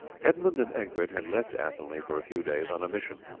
edmund and egbert had left athelney for a few days on a mission.